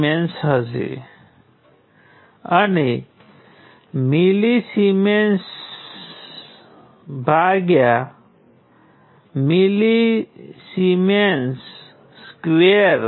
મારી પાસે અહીં વોલ્ટેજ કંટ્રોલ કરંટ સ્ત્રોત છે